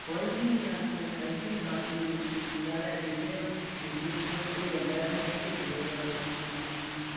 कोई नी अस करगे बाकी ज्यादा टीचर उप्पर गै होंदा असें ताइयें छोड़े दे थुआढ़े कश